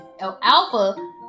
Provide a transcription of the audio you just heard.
alpha